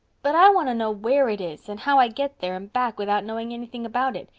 but i want to know where it is and how i get there and back without knowing anything about it.